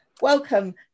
Welcome